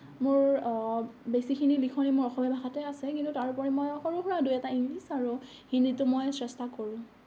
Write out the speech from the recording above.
মোৰ বেছিখিনি লিখনি মোৰ অসমীয়া ভাষাতে আছে কিন্তু তাৰোপৰি মই সৰু সুৰা দুই এটা ইংলিছ আৰু হিন্দীটো মই চেষ্টা কৰোঁ